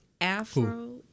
afro